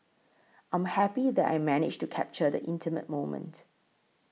I'm happy that I managed to capture the intimate moment